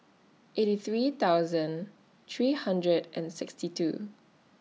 eighty three thousand three hundred and sixty two